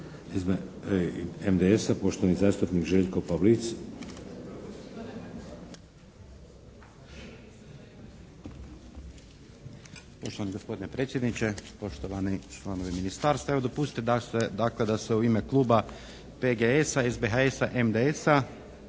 MDS-a. Poštovani zastupnik Željko Pavlic. **Pavlic, Željko (MDS)** Poštovani gospodine predsjedniče, poštovani članovi ministarstva. Evo dopustite, dakle, da se u ime Kluba PGS-a, SBHS-a, MDS-a